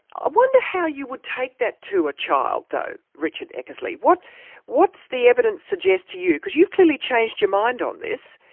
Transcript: i wonder how you would take that to a child, though, richard eckersley. what does the evidence suggest to you, because you've clearly changed your mind on this.